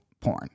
porn